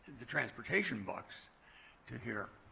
the transportation bucks to here.